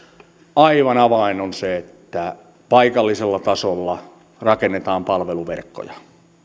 aivan avain on se että paikallisella tasolla rakennetaan palveluverkkoja